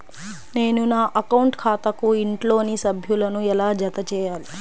నేను నా అకౌంట్ ఖాతాకు ఇంట్లోని సభ్యులను ఎలా జతచేయాలి?